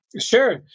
Sure